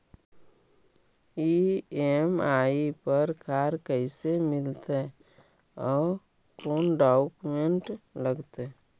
EMI पर car कैसे मिलतै औ कोन डाउकमेंट लगतै?